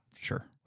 Sure